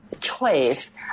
choice